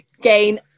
gain